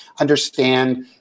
understand